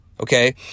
okay